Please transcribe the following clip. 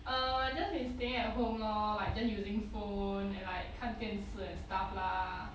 err just been staying at home lor like just using phone and like 看电视 and stuff lah